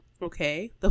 Okay